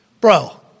bro